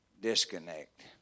Disconnect